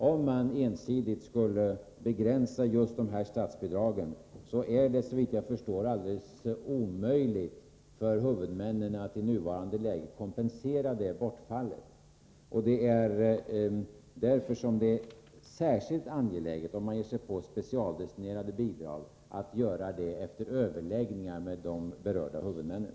Om man ensidigt skulle begränsa just dessa statsbidrag är det, såvitt jag förstår, alldeles omöjligt för huvudmännen att i nuvarande läge kompensera det bortfallet. Det är därför som det, om man ger sig på specialdestinerade bidrag, är särskilt angeläget att man gör det först efter överläggningar med de berörda huvudmännen.